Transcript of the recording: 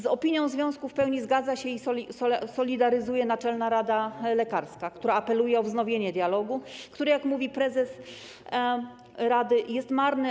Z opinią związku w pełni zgadza się i solidaryzuje Naczelna Rada Lekarska, która apeluje o wznowienie dialogu, który, jak mówi prezes Rady, jest marny.